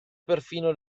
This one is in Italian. perfino